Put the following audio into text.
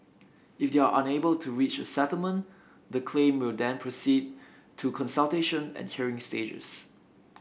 if they are unable to reach a settlement the claim will then proceed to consultation and hearing stages